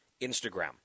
Instagram